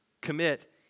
commit